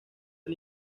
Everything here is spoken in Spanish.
del